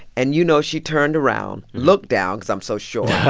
and, you know, she turned around, looked down cause i'm so short.